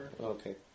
Okay